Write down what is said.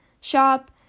shop